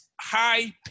high